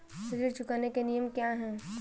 ऋण चुकाने के नियम क्या हैं?